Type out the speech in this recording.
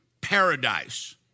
paradise